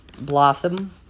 Blossom